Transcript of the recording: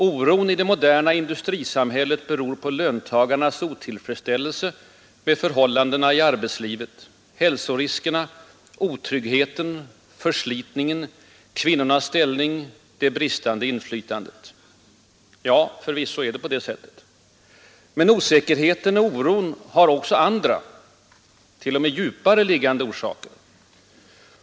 Oron i det moderna industrisamhället beror på löntagarnas otillfredsställelse med förhållandena i arbetslivet, hälsoriskerna, otryggheten, förslitningen, kvinnornas ställning, det bristande inflytandet. Ja, förvisso är det på det sättet. Men osäkerheten och oron har också andra, t.o.m. djupare liggande orsaker.